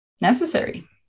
necessary